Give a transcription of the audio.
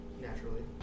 Naturally